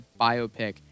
biopic